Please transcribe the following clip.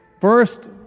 first